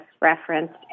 referenced